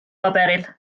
paberil